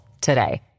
today